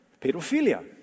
pedophilia